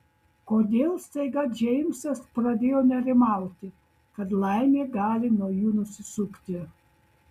kodėl staiga džeimsas pradėjo nerimauti kad laimė gali nuo jų nusisukti